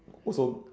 also